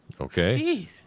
Okay